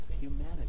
humanity